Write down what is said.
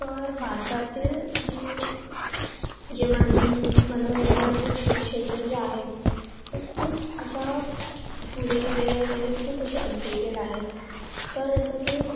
तर भारतातील जी जे मनोरंजन मनोरंजनाचे छेत क्षेत्र जे आहेत ते खूप आता पुढे गेलेले आहेत आणि खूप असे अपडेटेड आहेत तर जसं की